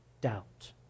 doubt